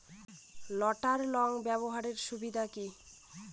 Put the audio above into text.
লটার লাঙ্গল ব্যবহারের সুবিধা কি?